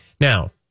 Now